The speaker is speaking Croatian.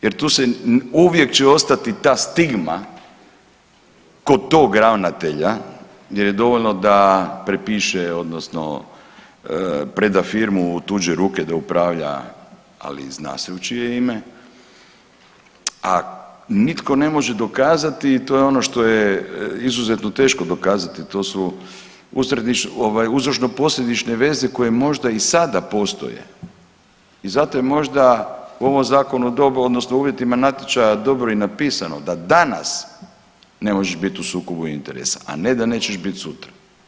Jer uvijek će ostati ta stigma kod tog ravnatelja, jer je dovoljno da prepiše, odnosno preda firmu u tuđe ruke da upravlja, ali i zna se u čije ime, a nitko ne može dokazati i to je ono što je izuzetno teško dokazati, to su uzročno-posljedične veze koje možda i sada postoje i zato je možda u ovom zakonu dobro, odnosno uvjetima natječaja dobro i napisano da danas ne možeš biti u sukobu interesa, a ne da nećeš biti sutra.